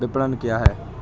विपणन क्या है?